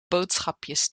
boodschapjes